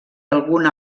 algun